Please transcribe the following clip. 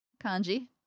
Kanji